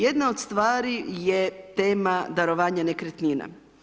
Jedna od stvari je tema darovanja nekretnina.